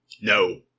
No